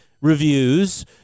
reviews